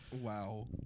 Wow